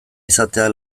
izatea